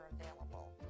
available